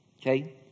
Okay